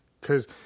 cause